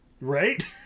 Right